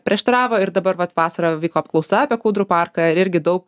prieštaravo ir dabar vat vasarą vyko apklausa apie kūdrų parką ir irgi daug